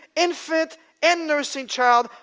infant and nursing child,